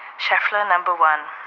schefflera number one